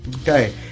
Okay